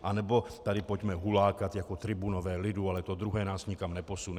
Anebo tady pojďme hulákat jako tribunové lidu, ale to druhé nás nikam neposune.